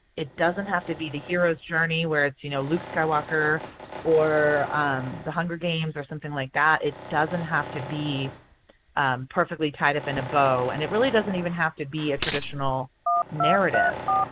it doesn't have to be the hero's journey where it's you know luke skywalker or um the hunger games or something like that. it doesn't have to be perfectly tied up in a bow. and it doesn't even have to be a traditional narrative.